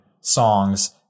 songs